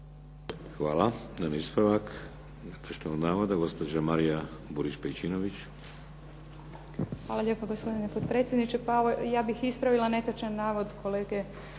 Hvala.